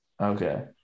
Okay